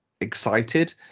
excited